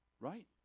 Right